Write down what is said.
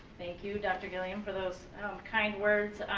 thank you dr. gilliam for those kind words.